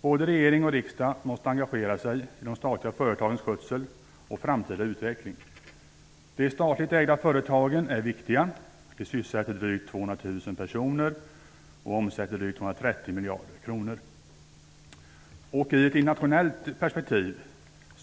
Både regering och riksdag måste engagera sig i de statliga företagens skötsel och framtida utveckling. De statligt ägda företagen är viktiga. De sysselsätter drygt 200 000 personer och omsätter drygt 230 miljarder kronor. I ett internationellt perspektiv